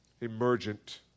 emergent